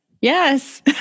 Yes